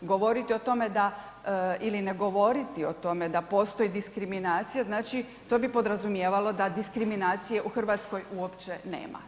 Govoriti o tome da ili ne govoriti o tome da postoji diskriminacija znači to bi podrazumijevalo da diskriminacije u Hrvatskoj uopće nema.